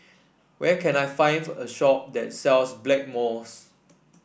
where can I find a shop that sells Blackmores